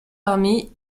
army